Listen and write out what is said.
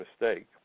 mistake